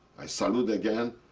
i salute again,